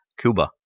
Cuba